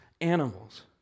animals